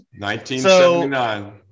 1979